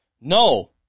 no